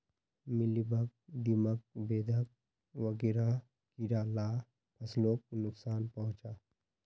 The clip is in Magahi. मिलिबग, दीमक, बेधक वगैरह कीड़ा ला फस्लोक नुक्सान पहुंचाः